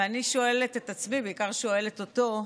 ואני שואלת את עצמי, ובעיקר שואלת אותו,